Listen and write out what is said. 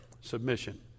submission